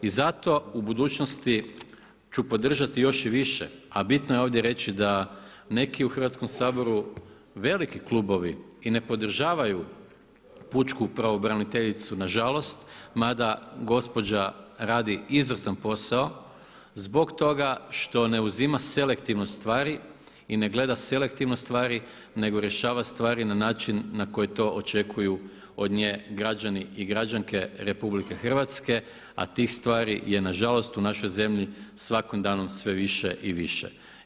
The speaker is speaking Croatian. I zato u budućnosti ću podržati još i više a bitno je ovdje reći da neki u Hrvatskom saboru veliki klubovi i ne podržavaju pučku pravobraniteljicu nažalost mada gospođa radi izvrstan posao zbog toga što ne uzima selektivno stvari i ne gleda selektivno stvari nego rješava stvari na način na koji to očekuju od nje građani i građanke RH a tih stvari je nažalost u našoj zemlji svakim danom sve više i više.